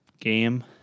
game